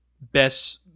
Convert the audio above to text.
best